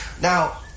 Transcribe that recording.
Now